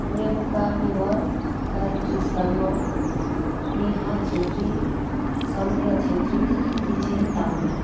Renuka Newar Gayatri Sharma Neha Chhetri Sandhya Chhetri Dikshen Tamang